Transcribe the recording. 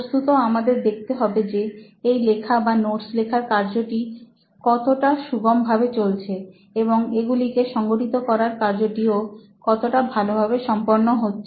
বস্তুত আমাদের দেখতে হবে যে এই লেখা বা নোটস লেখার কার্যটি কতটা সুগম ভাবে চলছে এবং এগুলিকে সংগঠিত করার কার্য টি ও কতটা ভালো ভাবে সম্পন্ন হচ্ছে